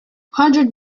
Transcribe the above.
hundreds